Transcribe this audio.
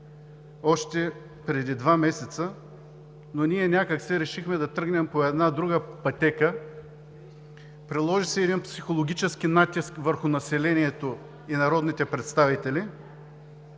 още преди два месеца, но ние някак си решихме да тръгнем по една друга пътека – приложи се един психологически натиск върху населението и народните представители